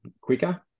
quicker